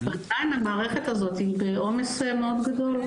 ועדיין המערכת הזו היא בעומס מאוד גדול.